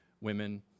women